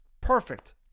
Perfect